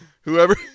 whoever